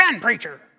preacher